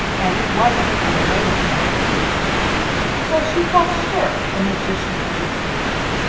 and it was taken away with the other things so she felt sure the magician had received it,